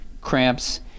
cramps